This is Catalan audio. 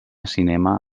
cinema